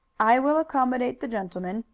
i will accommodate the gentleman,